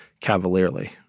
cavalierly